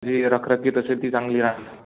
जी रखरखीत असेल ती चांगली राह